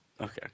Okay